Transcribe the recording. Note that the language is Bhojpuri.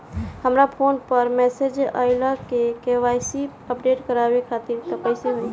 हमरा फोन पर मैसेज आइलह के.वाइ.सी अपडेट करवावे खातिर त कइसे होई?